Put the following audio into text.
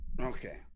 Okay